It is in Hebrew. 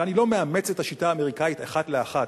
ואני לא מאמץ את השיטה האמריקנית אחת לאחת,